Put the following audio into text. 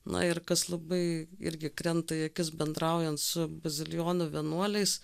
na ir kas labai irgi krenta į akis bendraujant su bazilijonų vienuoliais